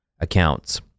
accounts